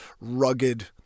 rugged